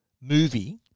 movie